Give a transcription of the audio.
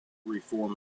reform